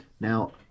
Now